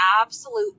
absolute